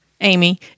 Amy